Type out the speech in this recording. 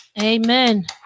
Amen